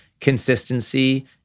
consistency